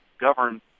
govern